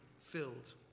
filled